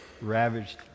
ravaged